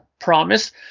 promise